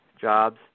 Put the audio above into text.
jobs